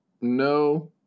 no